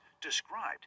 described